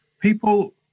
people